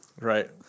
Right